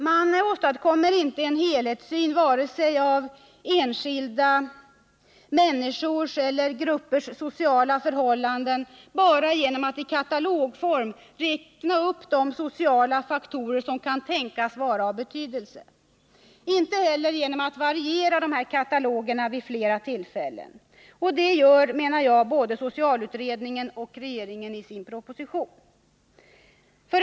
Man åstadkommer inte en helhetssyn vare sig av enskilda människors eller av gruppers sociala förhållanden bara genom att i katalogform räkna upp de sociala faktorer som kan tänkas vara av betydelse, inte heller genom att variera dessa kataloger vid flera tillfällen. Det är, menar jag, vad både socialutredningen och regeringen i sin proposition gör.